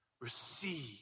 Receive